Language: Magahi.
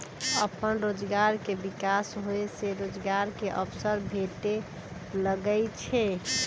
अप्पन रोजगार के विकास होय से रोजगार के अवसर भेटे लगैइ छै